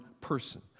person